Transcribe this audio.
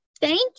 Thank